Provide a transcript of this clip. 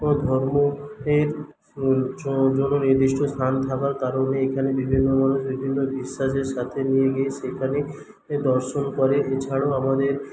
ও ধর্ম এর জন্য নির্দিষ্ট স্থান থাকার কারণে এখানে বিভিন্ন মানুষ বিভিন্ন বিশ্বাসের সঙ্গে নিয়ে গিয়ে সেখানে দর্শন করে এছাড়াও আমাদের